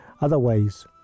Otherwise